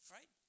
Right